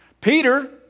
Peter